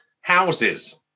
houses